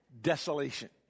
desolation